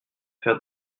faire